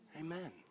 Amen